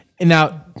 now